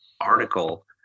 article